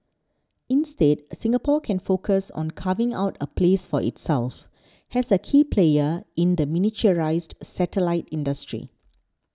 instead Singapore can focus on carving out a place for itself has a key player in the miniaturised satellite industry